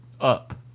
up